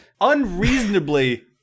unreasonably